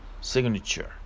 signature